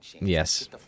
yes